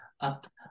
up